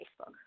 Facebook